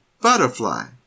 butterfly